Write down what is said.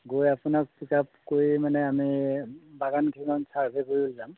গৈ আপোনাক pick up কৰি মানে আমি বাগানকেইখন ছাৰ্ভে কৰিবলৈ যাম